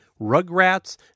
Rugrats